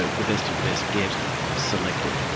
ah the best of the best get selected.